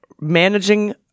managing